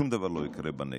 שום דבר לא יקרה בנגב.